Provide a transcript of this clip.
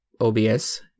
OBS